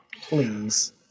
Please